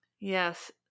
Yes